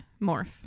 morph